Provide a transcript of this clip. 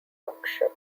yorkshire